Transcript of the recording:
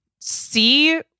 See